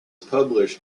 published